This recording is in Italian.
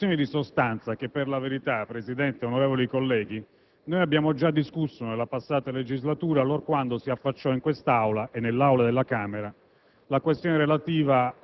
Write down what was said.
Signor Presidente, signori rappresentanti del Governo, onorevoli colleghi,